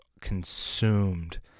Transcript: consumed